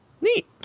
Neat